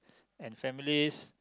and families